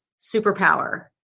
superpower